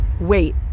Wait